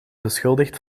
beschuldigd